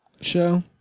show